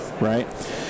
Right